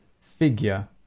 figure